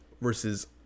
versus